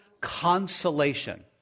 consolation